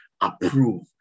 approve